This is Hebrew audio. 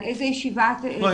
על איזה ישיבה אתה --- לא,